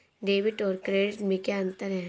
Debit और credit में क्या अंतर है?